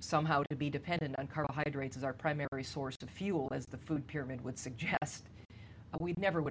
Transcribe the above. somehow to be dependent on carbohydrates as our primary source to fuel as the food pyramid would suggest we never would